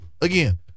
Again